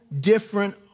different